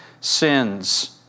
sins